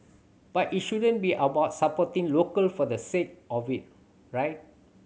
but it shouldn't be about supporting local for the sake of it right